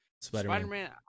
spider-man